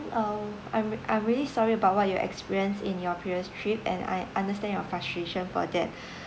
um I'm I'm really sorry about what you experienced in your previous trip and I understand your frustration for that